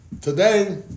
today